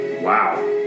Wow